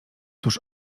tuż